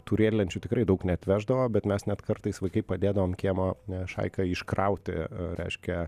tų riedlenčių tikrai daug neatveždavo bet mes net kartais vaikai padėdavom kiemo šaika iškrauti reiškia